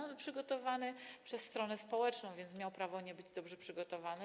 On był przygotowany przez stronę społeczną, więc miał prawo nie być dobrze przygotowany.